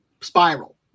Spiral